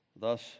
Thus